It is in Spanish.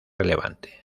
relevante